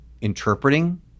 interpreting